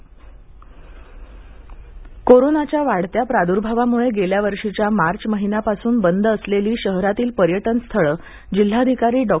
पर्यटनस्थळे कोरोनाच्या वाढत्या प्राद्र्भावामुळे गेल्यावर्षीच्या मार्च महिन्यापासून बंद असलेली शहरातील पर्यटन स्थळे जिल्हाधिकारी डॉ